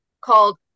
called